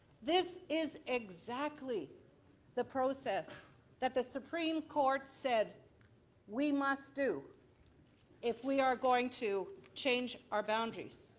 this is exactly the process that the supreme court said we must do if we are going to change our boundaryies.